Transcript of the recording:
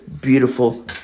beautiful